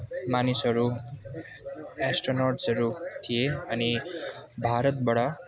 मानिसहरू एस्ट्रोनोट्सहरू थिए अनि भारतबाट